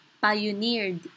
pioneered